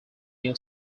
new